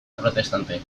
protestante